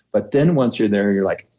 but then once you're there you're like,